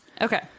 Okay